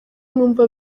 numva